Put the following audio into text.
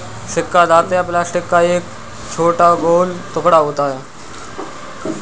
सिक्का धातु या प्लास्टिक का एक छोटा गोल टुकड़ा होता है